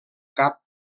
cap